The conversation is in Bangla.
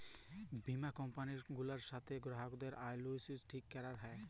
বীমা কম্পালি গুলার সাথ গ্রাহকদের অলুইটি ঠিক ক্যরাক হ্যয়